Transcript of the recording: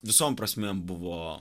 visom prasmėm buvo